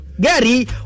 Gary